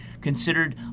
considered